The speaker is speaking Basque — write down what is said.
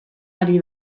ari